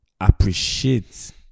appreciate